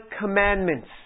commandments